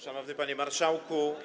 Szanowny Panie Marszałku!